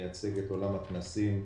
ומייצג את עולם הכנסים והאירועים.